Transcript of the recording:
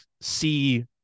see